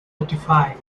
certified